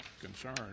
concern